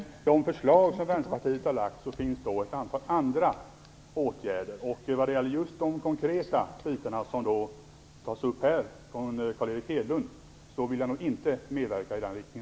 Fru talman! Bland de förslag som Vänsterpartiet har lagt fram finns ett antal andra åtgärder. Jag vill nog inte medverka i den riktning som Carl Erik Hedlund tar upp här.